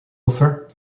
offer